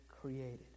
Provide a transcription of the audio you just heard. created